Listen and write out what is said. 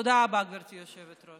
תודה רבה, גברתי היושבת-ראש.